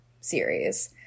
series